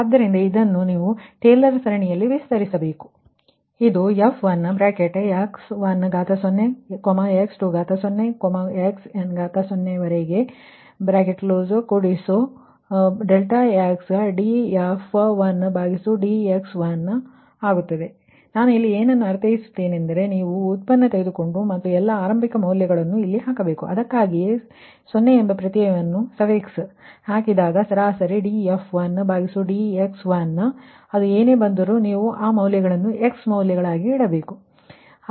ಆದ್ದರಿಂದ ನೀವು ಅದನ್ನು ಟೇಲರ್ ಸರಣಿಯಲ್ಲಿ ವಿಸ್ತರಿಸಬೇಕು ಆದ್ದರಿಂದ ಇದು f1x10 x20 xn0 ವರೆಗೆ ∆xdf1dx1 ಆಗುತ್ತದೆ ನಾನು ಇಲ್ಲಿ ಏನನ್ನು ಅರ್ಥೈಸುತ್ತೇನೆ0ದರೆ ನೀವು ಡಿರೈವಿಟಿಯನ್ನು ತೆಗೆದುಕೊಂಡು ಮತ್ತು ಎಲ್ಲಾ ಆರಂಭಿಕ ಮೌಲ್ಯವನ್ನು ಹಾಕಬೇಕು ಅದಕ್ಕಾಗಿಯೇ ನೀವು 0 ಎಂಬ ಪ್ರತ್ಯಯವನ್ನು ಹಾಕಿದಾಗ ಸರಾಸರಿ df1dx1 ಅದು ಏನೇ ಬಂದರೂ ನೀವು ಆ ಮೌಲ್ಯಗಳನ್ನು x ಮೌಲ್ಯಗಳಾಗಿ ಇಡಬೇಕು